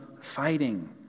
fighting